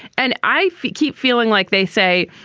and i keep feeling like they say,